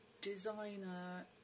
designer